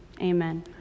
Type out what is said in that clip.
Amen